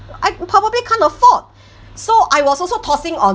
I probably can't afford so I was also tossing on